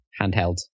handheld